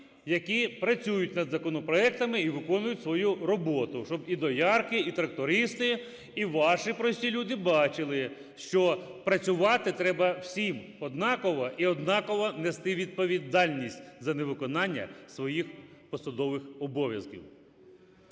які працюють над законопроектами і виконують свою роботу. Щоб і доярки, і трактористи, і ваші прості люди бачили, що працювати треба всім однаково і однаково нести відповідальність за невиконання своїх посадових обов'язків.